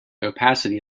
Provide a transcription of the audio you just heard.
opacity